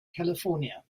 california